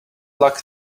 luck